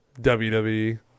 WWE